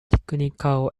technical